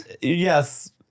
yes